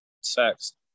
sex